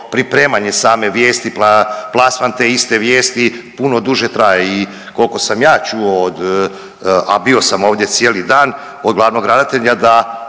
pripremanje same vijesti, pa plasman te iste vijesti puno duže traje i kolko sam ja čuo od, a bio sam ovdje cijeli dan, od glavnog ravnatelja da